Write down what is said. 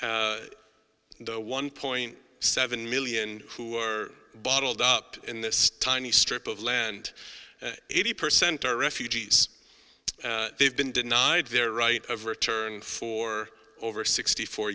gaza one point seven million who are bottled up in this tiny strip of land eighty percent are refugees they've been denied their right of return for over sixty four